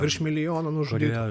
virš milijono nužudyta